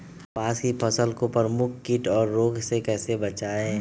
कपास की फसल को प्रमुख कीट और रोग से कैसे बचाएं?